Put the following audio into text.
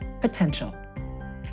potential